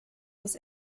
des